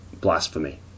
blasphemy